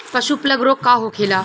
पशु प्लग रोग का होखेला?